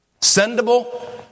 Sendable